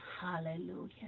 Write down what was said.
Hallelujah